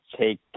take